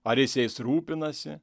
ar jis jais rūpinasi